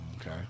Okay